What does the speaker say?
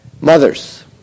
Mothers